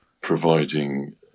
providing